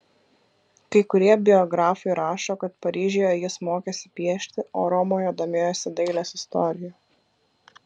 kai kurie biografai rašo kad paryžiuje jis mokėsi piešti o romoje domėjosi dailės istorija